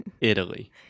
Italy